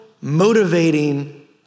motivating